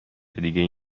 دیگه